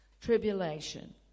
tribulation